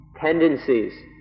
tendencies